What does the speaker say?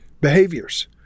behaviors